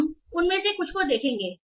हम उनमें से कुछ को देखेंगे